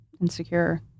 insecure